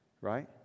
right